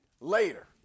later